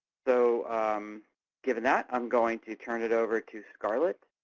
so um given that, i'm going to turn it over to scarlet.